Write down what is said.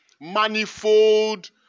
manifold